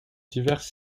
diverses